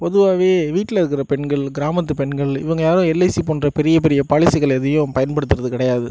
பொதுவாகவே வீட்டில இருக்கிற பெண்கள் கிராமத்து பெண்கள் இவங்க யாரும் எல்ஐசி பண்ணுற பெரிய பெரிய பாலிசிகள் எதையும் பயன்படுத்துகிறது கிடையாது